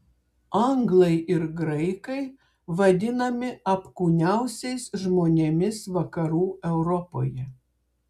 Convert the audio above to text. anglai ir graikai vadinami apkūniausiais žmonėmis vakarų europoje